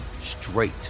straight